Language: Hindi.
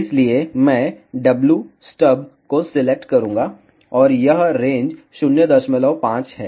इसलिए मैं wstub को सिलेक्ट करूंगा और यह रेंज 05 है